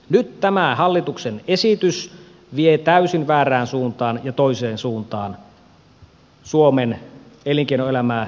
nyt tämä hallituksen esitys vie täysin väärään suuntaan ja toiseen suuntaan suomen elinkeinoelämää ja investointeja